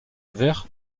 vert